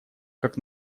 как